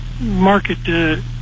market